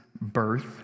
birth